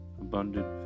Abundant